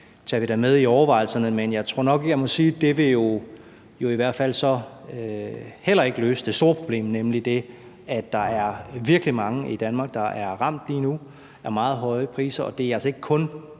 tager vi da med i overvejelserne, men jeg tror nok, jeg må sige, at det jo så i hvert fald heller ikke vil løse det store problem, nemlig det, at der er virkelig mange i Danmark, der er ramt lige nu af meget høje priser, og det er altså ikke kun